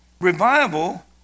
revival